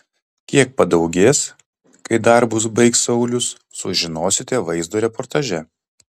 kiek padaugės kai darbus baigs saulius sužinosite vaizdo reportaže